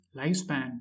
lifespan